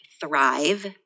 Thrive